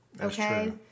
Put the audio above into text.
okay